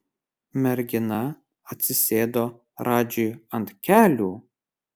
mergina atsisėdo radžiui ant kelių